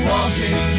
Walking